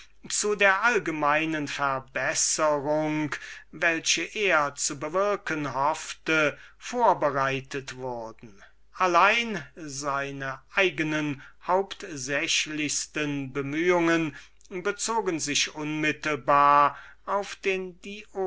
zu der allgemeinen verbesserung welche er zu bewürken hoffte vorbereitet wurden allein seine eigene hauptsächlichsten bemühungen bezogen sich unmittelbar auf den